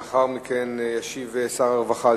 ולאחר מכן ישיב שר הרווחה על